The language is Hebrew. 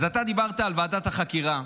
דיברת על ועדת החקירה,